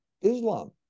Islam